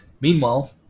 Meanwhile